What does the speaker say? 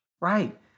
Right